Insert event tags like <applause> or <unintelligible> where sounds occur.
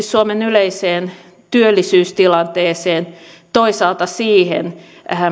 <unintelligible> suomen yleiseen työllisyystilanteeseen toisaalta siihen